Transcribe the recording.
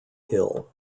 hill